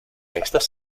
estas